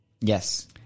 Yes